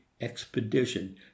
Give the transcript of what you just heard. expedition